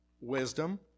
wisdom